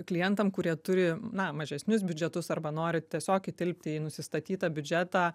klientam kurie turi na mažesnius biudžetus arba nori tiesiog įtilpti į nusistatytą biudžetą